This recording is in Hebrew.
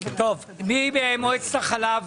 היא קולטת חלב